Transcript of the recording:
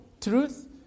truth